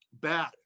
Bad